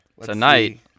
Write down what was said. Tonight